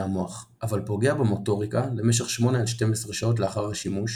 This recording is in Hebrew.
המוח אבל פוגע במוטוריקה למשך 8-12 שעות לאחר השימוש,